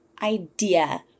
idea